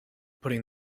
putting